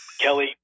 Kelly